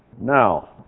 Now